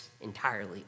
entirely